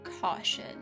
caution